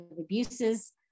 abuses